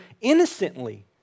innocently